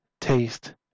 taste